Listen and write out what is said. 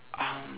um